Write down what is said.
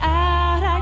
out